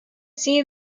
see